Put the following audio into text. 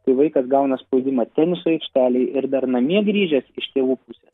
tai vaikas gauna spaudimą teniso aikštelėj ir dar namie grįžęs iš tėvų pusės